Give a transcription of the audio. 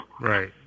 Right